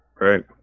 right